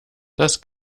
das